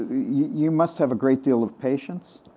you must have a great deal of patience?